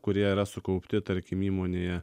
kurie yra sukaupti tarkim įmonėje